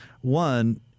One